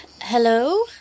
Hello